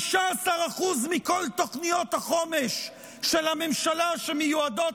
15% מכל תוכניות החומש של הממשלה שמיועדות